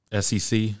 sec